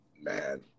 man